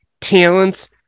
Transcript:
talents